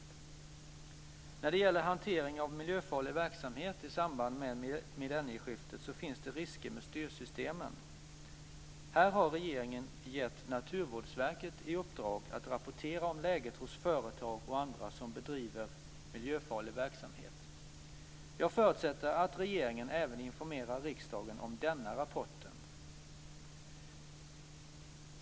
När det gäller hantering av miljöfarlig verksamhet i samband med millennieskiftet finns det risker med styrsystemen. Här har regeringen gett Naturvårdsverket i uppdrag att rapportera om läget hos företag och andra som bedriver miljöfarlig verksamhet. Jag förutsätter att regeringen informerar riksdagen även om denna rapport.